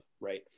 right